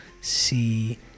see